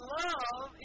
love